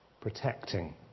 protecting